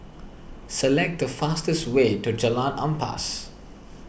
select the fastest way to Jalan Ampas